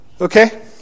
Okay